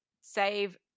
save